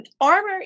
armor